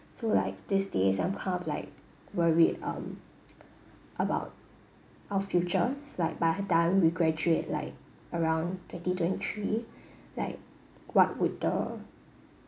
so like these days I'm kind of like worried um about our futures like by the time we graduate like around twenty twenty three like what would the